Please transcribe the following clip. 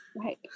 Right